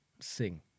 sing